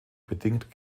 bedingt